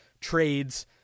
trades